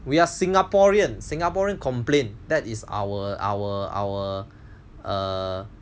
we are Singaporean Singaporean complain that is our our our err